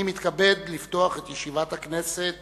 אני מתכבד לפתוח את ישיבת הכנסת